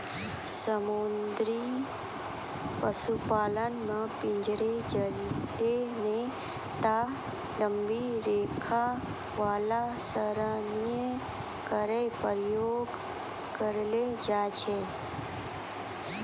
समुद्री पशुपालन म पिंजरो, जालों नै त लंबी रेखा वाला सरणियों केरो प्रयोग करलो जाय छै